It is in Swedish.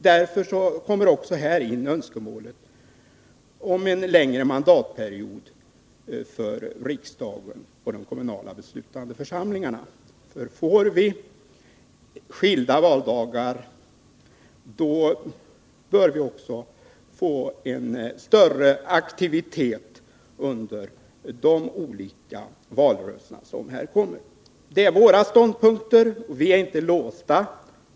Därför kommer också här in önskemålet om en längre mandatperiod för riksdagen och för de kommunala beslutande församlingarna. Får vi skilda valdagar, bör vi också få en större aktivitet under de olika valrörelserna. Detta är våra ståndpunkter. Vi är inte låsta.